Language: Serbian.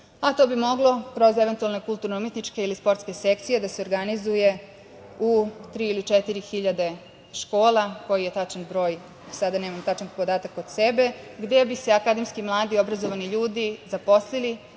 a to bi moglo kroz eventualne, kulturno-umetničke, ili sportske sekcije da se organizuje u tri ili četiri hiljade škola, koji je tačan broj sada nemam tačan podatak kod sebe, gde bi se akademski mladi obrazovani ljudi zaposlili,